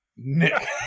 Nick